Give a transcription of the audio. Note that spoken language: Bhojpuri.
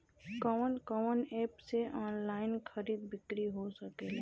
कवन कवन एप से ऑनलाइन खरीद बिक्री हो सकेला?